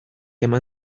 eman